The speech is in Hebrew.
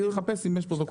אחפש אם יש פרוטוקול.